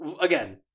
again